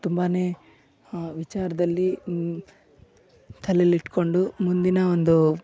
ತುಂಬಾನೇ ವಿಚಾರದಲ್ಲಿ ತಲೆಯಲ್ಲಿ ಇಟ್ಕೊಂಡು ಮುಂದಿನ ಒಂದು